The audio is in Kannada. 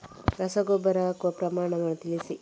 ರಸಗೊಬ್ಬರ ಹಾಕುವ ಪ್ರಮಾಣ ತಿಳಿಸಿ